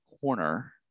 corner